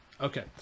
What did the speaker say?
Okay